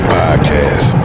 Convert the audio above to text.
podcast